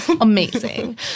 Amazing